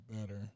better